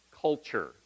culture